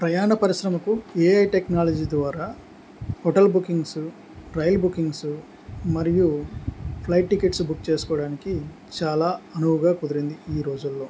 ప్రయాణ పరిశ్రమకు AI technology ద్వారా హోటల్ బుకింగ్సు రైల్ బుకింగ్సు మరియు ఫ్లైట్ టికెట్స్ బుక్ చేసుకోవడానికి చాలా అనువుగా కుదిరింది ఈ రోజుల్లో